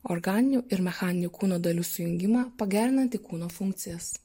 organinių ir mechaninių kūno dalių sujungimą pagerinantį kūno funkcijas